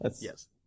yes